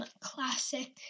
classic